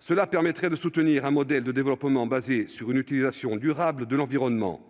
Ainsi, nous pourrions soutenir un modèle de développement basé sur une utilisation durable de l'environnement,